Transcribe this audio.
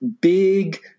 big